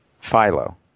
Philo